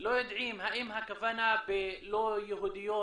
לא יודעים האם הכוונה ב'לא יהודיות'